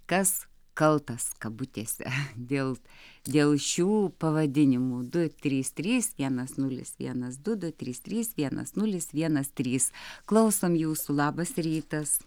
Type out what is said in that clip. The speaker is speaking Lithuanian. kas kaltas kabutėse dėl dėl šių pavadinimų du trys trys vienas nulis vienas du du trys trys vienas nulis vienas trys klausom jūsų labas rytas